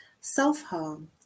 Self-harm